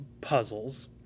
puzzles